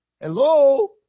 Hello